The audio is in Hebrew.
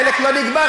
הדלק לא נגמר.